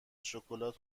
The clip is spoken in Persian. شکلات